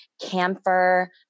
camphor